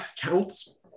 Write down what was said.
counts